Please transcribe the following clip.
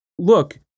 Look